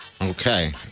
Okay